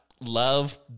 love